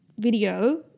video